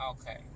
Okay